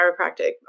chiropractic